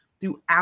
throughout